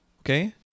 Okay